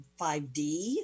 5D